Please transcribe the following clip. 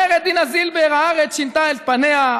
אומרת דינה זילבר: "הארץ שינתה את פניה,